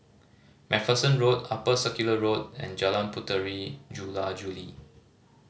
Macpherson Road Upper Circular Road and Jalan Puteri Jula Juli